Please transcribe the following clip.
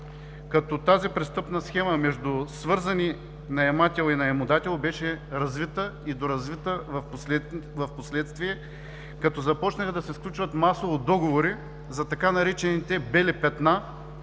като тази престъпна схема между свързани наемател и наемодател беше развита и доразвита в последствие като започнаха да се сключват масово договори за така наречените „бели петна“,